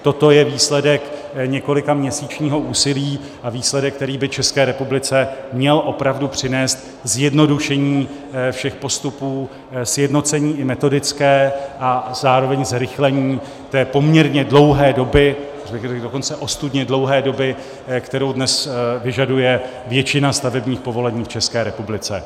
Toto je výsledek několikaměsíčního úsilí a výsledek, který by České republice měl opravdu přinést zjednodušení všech postupů, sjednocení i metodické a zároveň zrychlení té poměrně dlouhé doby, řekl bych dokonce ostudně dlouhé doby, kterou dnes vyžaduje většina stavebních povolení v České republice.